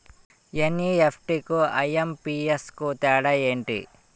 NEFT కు IMPS కు తేడా ఎంటి?